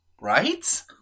Right